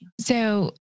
So-